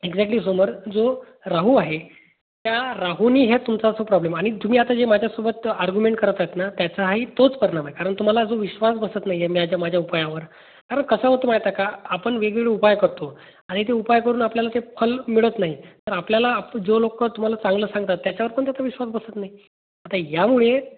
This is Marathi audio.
एक्झॅक्टली समोर जो राहू आहे त्या राहूनी ह्या तुमचा असं प्रॉब्लेम आणि तुम्ही आता जे माझ्यासोबत आर्ग्युमेंट करतात ना त्याचाही तोच परिणाम आहे कारण तुमाला जो विश्वास बसत नाही आहे माझ्या माझ्या उपायावर कारण कसं होतं माहीत आहे का आपण वेगवेगळे उपाय करतो आणि ते उपाय करून आपल्याला ते फळ मिळत नाही तर आपल्याला जो लोक तुम्हाला चांगलं सांगतात त्याच्यावर पण त्याचा विश्वास बसत नाही आता यामुळे